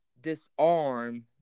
disarm